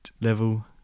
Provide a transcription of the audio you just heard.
level